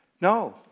No